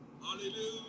hallelujah